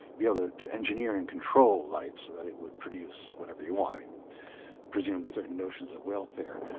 be able to to engineer and control life so that it would produce whatever you want, i mean presumably certain notions of welfare.